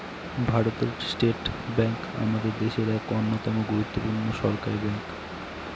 ভারতীয় state bank আমাদের দেশের এক অন্যতম গুরুত্বপূর্ণ সরকারি ব্যাঙ্ক